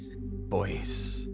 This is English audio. boys